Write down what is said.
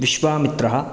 विश्वामित्रः